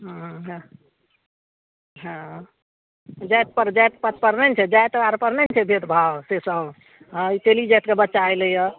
हँ हँ जाति आओरपर नहि ने छै भेदभाव से सब हँ ई तेली जातिके बच्चा अएलैए